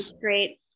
Great